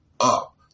up